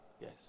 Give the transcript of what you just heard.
Yes